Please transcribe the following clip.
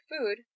food